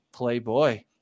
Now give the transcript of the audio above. Playboy